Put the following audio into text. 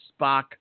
Spock